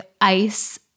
ice